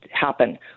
happen